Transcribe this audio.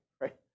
right